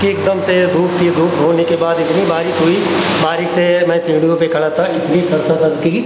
कि एकदम से धूप थी धूप होने के बाद इतनी बारिश हुई बारिश में मैं सीढ़ियों पर खड़ा था इतनी कड़कड़ ठंड थी